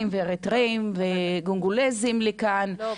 ואריתראים וקונגולזים לכאן --- לא,